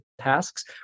tasks